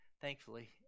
thankfully